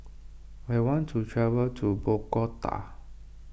I want to travel to Bogota